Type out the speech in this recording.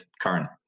current